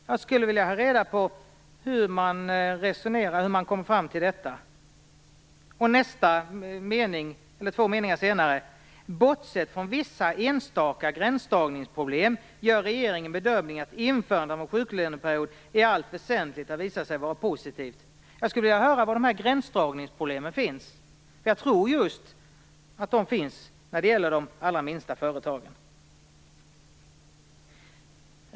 Jag skulle vilja ha reda på hur man har kommit fram till detta. Två meningar senare står det: "Bortsett från vissa enstaka gränsdragningsproblem gör regeringen den bedömningen att införandet av en sjuklöneperiod i allt väsentligt har visat sig vara positivt." Jag skulle vilja höra var dessa gränsdragningsproblem finns. Jag tror att det finns just i fråga om de allra minsta företagen.